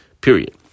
Period